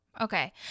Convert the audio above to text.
Okay